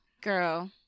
girl